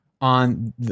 on